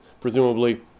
presumably